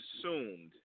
assumed